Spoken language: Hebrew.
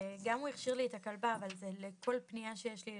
גם הוא הכשיר לי את הכלבה וזה לכל פנייה שיש לי,